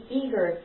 eager